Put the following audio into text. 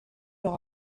leur